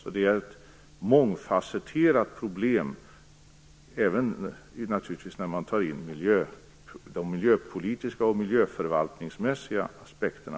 Så det är ett mångfacetterat problem, i synnerhet om man tar in de miljöpolitiska och de miljöförvaltningsmässiga aspekterna.